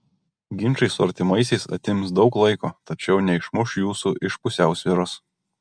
ginčai su artimaisiais atims daug laiko tačiau neišmuš jūsų iš pusiausvyros